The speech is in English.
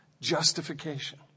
justification